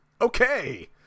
okay